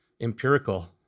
empirical